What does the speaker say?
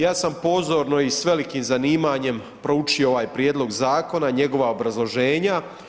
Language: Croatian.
Ja sam pozorno i sa velikim zanimanjem proučio ovaj prijedlog zakona, njegova obrazloženja.